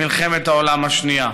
מלחמת העולם השנייה.